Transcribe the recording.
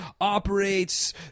operates